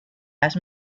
las